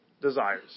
desires